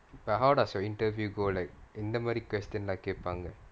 but how does your interview go like இந்த மாரி:intha maari question lah கேப்பாங்க:kaepaanga